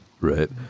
Right